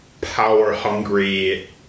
power-hungry